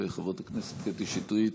חברות הכנסת קטי שטרית